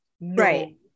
Right